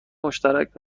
مشترک